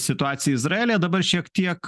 situacija izraelyje dabar šiek tiek